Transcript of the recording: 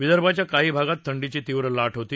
विदर्भाच्या काही भागात थंडीची तीव्र लाट होती